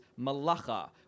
malacha